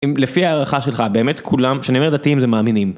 אם לפי הערכה שלך באמת, כולם, שאני אומר דתיים זה מאמינים.